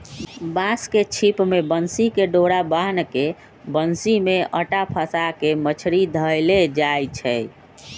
बांस के छिप में बन्सी कें डोरा बान्ह् के बन्सि में अटा फसा के मछरि धएले जाइ छै